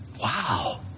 Wow